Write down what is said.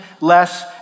less